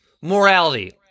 morality